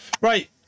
Right